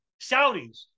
Saudis